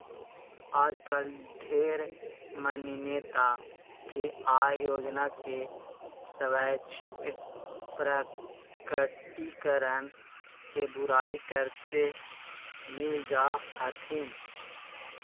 आजकल ढेर मनी नेता भी आय योजना के स्वैच्छिक प्रकटीकरण के बुराई करते मिल जा हथिन